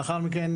לאחר מכן